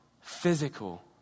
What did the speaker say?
physical